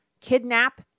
kidnap